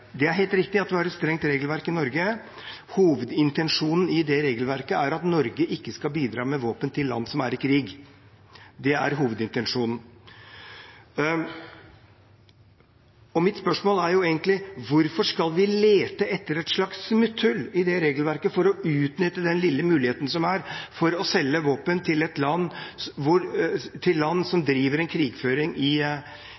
Det er helt riktig at vi har et strengt regelverk i Norge. Hovedintensjonen i det regelverket er at Norge ikke skal bidra med våpen til land som er i krig. Det er hovedintensjonen. Mitt spørsmål er: Hvorfor skal vi lete etter et slags smutthull i det regelverket for å utnytte den lille muligheten som er for å selge våpen til land som driver krigføring, til land